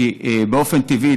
כי באופן טבעי,